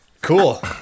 Cool